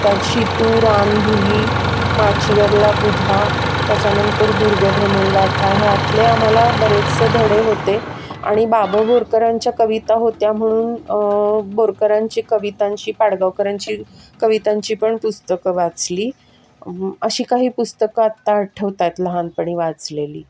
त्यात शितू रानभुली माचीवरला बुधा त्याच्यानंतर दुर्गभ्रमण गाथा ह्यातले आम्हाला बरेचसे धडे होते आणि बाभ बोरकरांच्या कविता होत्या म्हणून बोरकरांची कवितांची पाडगावकरांची कवितांची पण पुस्तकं वाचली अशी काही पुस्तकं आत्ता आठवत आहेत लहानपणी वाचलेली